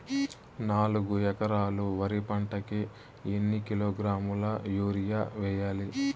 నాలుగు ఎకరాలు వరి పంటకి ఎన్ని కిలోగ్రాముల యూరియ వేయాలి?